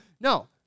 No